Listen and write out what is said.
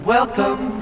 Welcome